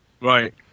right